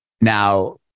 now